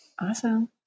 Awesome